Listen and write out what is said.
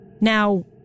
Now